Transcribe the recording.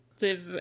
live